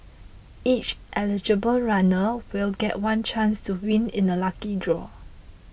each eligible runner will get one chance to win in a lucky draw